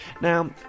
Now